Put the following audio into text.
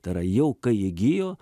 tai yra jau kai įgijo